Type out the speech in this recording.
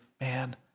Man